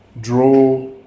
Draw